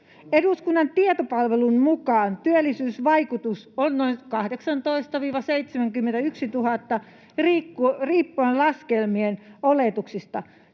Eduskunnan tietopalvelun mukaan työllisyysvaikutus on noin 18 000—71 000 riippuen laskelmien oletuksista.